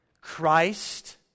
Christ